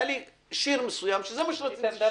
שהיה לי שיר מסוים שרציתי שינוגן בחתונה שלי.